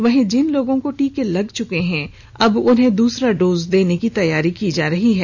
वहीं जिन लोगों को टीका लग चुका है अब उन्हें दूसरा डोज देनें की तैयारी की जा रही है